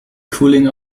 cooling